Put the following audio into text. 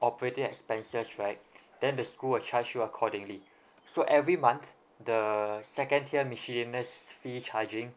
operating expenses right then the school will charge you accordingly so every month the second tier miscellaneous fee charging